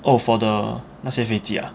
oh for the 那些飞机 ah